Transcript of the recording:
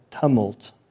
tumult